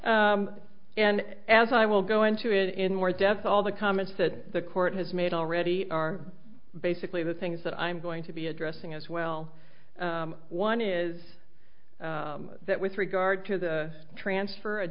case and as i will go into it in more depth all the comments that the court has made already are basically the things that i'm going to be addressing as well one is that with regard to the transfer of